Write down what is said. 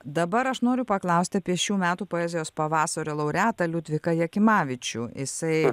dabar aš noriu paklausti apie šių metų poezijos pavasario laureatą liudviką jakimavičių jisai